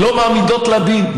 לא מעמידות לדין,